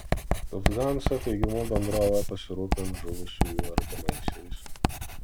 lufthansa teigimu bendrovė pasirūpins žuvusiųjų artimaisiais